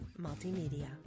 Multimedia